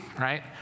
Right